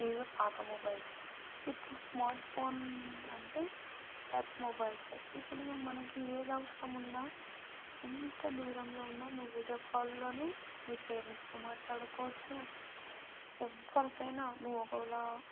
ఇవే పాత మొబైల్స్ ఇప్పుడు స్మార్ట్ ఫోన్ అంటే టచ్ మొబైల్స్ ఇప్పుడు మనకి ఏది అవసరం ఉన్నా ఎంత దూరంలో ఉన్నా నువ్వు వీడియో కాల్లోనే మీ పేరెంట్స్తో మాట్లాడుకోవచ్చు ఎవ్వరితో అయినా నువ్వు ఒకవేళ